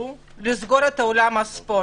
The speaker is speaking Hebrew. לסגור את עולם הספורט,